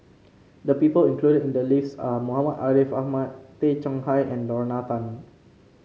the people included in the list are Muhammad Ariff Ahmad Tay Chong Hai and Lorna Tan